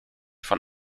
von